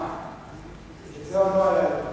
היה לנו.